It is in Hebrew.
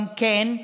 גם כן,